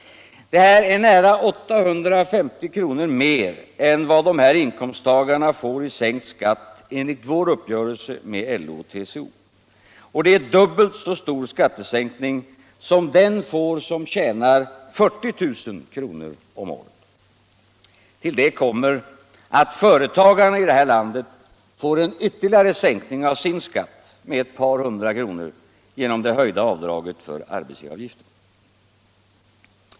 Det är nära 850 kr. mer än vad de här inkomsttagarna får i sänkt skatt enligt vår uppgörelse med LO och TCO, och det är dubbelt så stor skattesänkning som den får som tjänar 40 000 kr. om året. Till detta kommer att företagarna i det här landet får en ytterligare sänkning av sin skatt med ett par hundra kronor genom det höjda avdraget för arbetsgivaravgift.